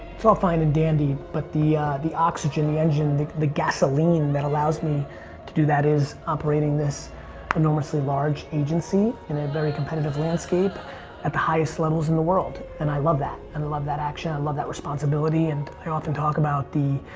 it's all fine and dandy but the the oxygen, the engine, the the gasoline that allows me to do that is operating this enormously large agency in a very competitive landscape at the highest levels in the world and i love that. and i love that action. i love that responsibility and i often talk about the,